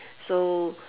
so